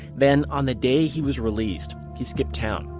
then on the day he was released, he skipped town,